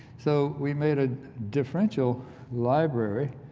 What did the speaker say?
so we made a differential library,